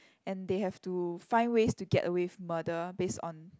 and they have to find ways to get away with murder based on